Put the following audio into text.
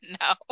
no